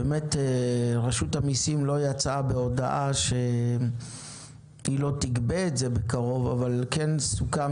רשות המיסים לא יצאה בהודעה שלא תגבה את זה בקרוב אבל סוכם